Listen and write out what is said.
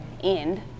end